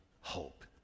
hope